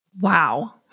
Wow